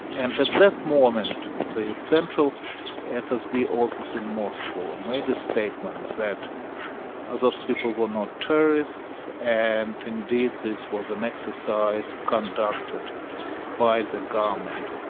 and at that moment, the central fsb office in moscow made a statement that ah those people were not terrorists, and indeed, this was an exercise conducted by the government.